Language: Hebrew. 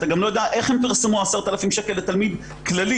אתה גם לא יודע איך הם פרסמו 10,000 שקל לתלמיד כללי.